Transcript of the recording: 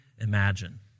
imagine